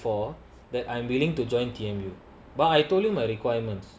the thing is the thing is I've already told you before that I'm willing to join T_M_U but I told you my requirements